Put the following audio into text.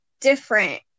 different